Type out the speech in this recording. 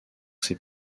ses